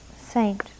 saint